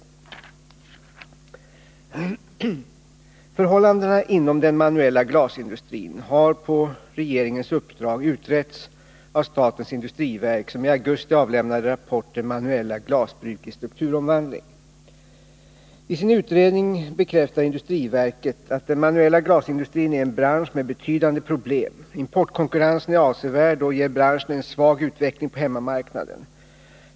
Förhållandena inom den manuella glasindustrin har på regeringens uppdrag utretts av statens industriverk, som i augusti avlämnade rapporten Manuella glasbruk i strukturomvandling. I sin utredning bekräftar industriverket att den manuella glasindustrin är en bransch med betydande problem. Importkonkurrensen är avsevärd och ger branschen en svag utveckling på hemmamarknaden.